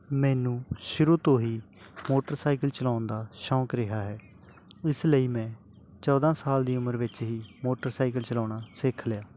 ਮੈਨੂੰ ਸ਼ੁਰੂ ਤੋਂ ਹੀ ਮੋਟਰਸਾਈਕਲ ਚਲਾਉਣ ਦਾ ਸ਼ੌਂਕ ਰਿਹਾ ਹੈ ਇਸ ਲਈ ਮੈਂ ਚੌਦਾਂ ਸਾਲ ਦੀ ਉਮਰ ਵਿੱਚ ਹੀ ਮੋਟਰਸਾਈਕਲ ਚਲਾਉਣਾ ਸਿੱਖ ਲਿਆ